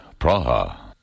Praha